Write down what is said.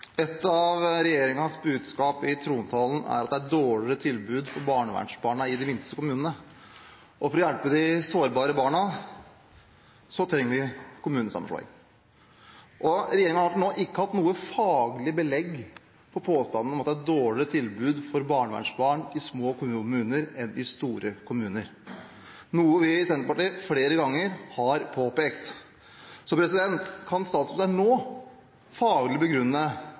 at det er dårligere tilbud til barnevernsbarna i de minste kommunene, og for å hjelpe de sårbare barna trenger vi kommunesammenslåing. Regjeringen har til nå ikke hatt noe faglig belegg for påstanden om at det er dårligere tilbud for barnevernsbarn i små kommuner enn i store kommuner, noe vi i Senterpartiet flere ganger har påpekt. Kan statsministeren nå faglig begrunne